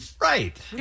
Right